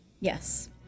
Yes